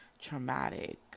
traumatic